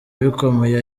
bikomeye